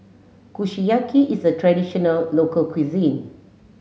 Kushiyaki is a traditional local cuisine